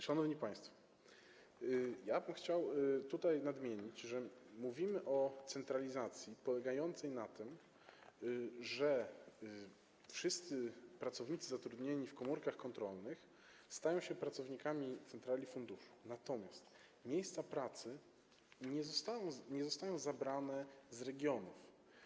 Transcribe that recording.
Szanowni państwo, ja bym chciał tutaj nadmienić, że mówimy o centralizacji polegającej na tym, że wszyscy pracownicy zatrudnieni w komórkach kontrolnych stają się pracownikami centrali funduszu, natomiast miejsca pracy nie zostają zabrane z regionów.